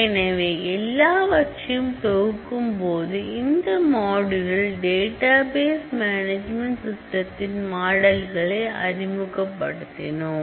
எனவே எல்லாவற்றையும் தொகுக்கும் போது இந்த மாடுள்ளில் டேட்டாபேஸ் மேனேஜ்மென்ட் சிஸ்டம் த்தின் மாடல்களை அறிமுகப்படுத்தினோம்